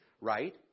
right